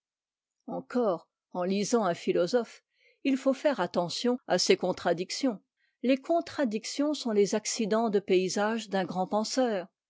encore en lisant un philosophe il faut faire attention à ses contradictions les contradictions sont les accidents de paysage d'un grand penseur